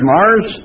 Mars